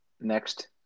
next